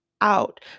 out